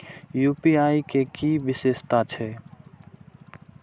UPI के कि विषेशता छै?